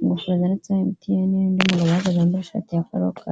ingofero zanditseho emutiyeni, undi mugabo uhagaze wambaye ishati ya karokaro.